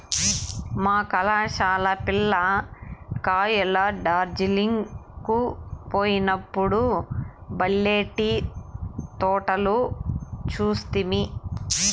మా కళాశాల పిల్ల కాయలు డార్జిలింగ్ కు పోయినప్పుడు బల్లే టీ తోటలు చూస్తిమి